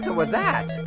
was that?